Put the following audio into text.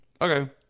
Okay